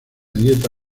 dieta